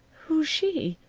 who's she?